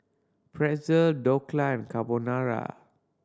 Pretzel Dhokla and Carbonara